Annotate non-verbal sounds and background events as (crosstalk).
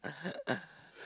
(laughs)